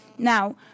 Now